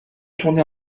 tourné